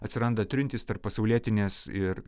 atsiranda trintys tarp pasaulietinės ir